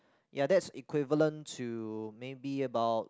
ya that's equivalent to maybe about